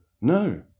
no